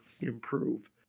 improve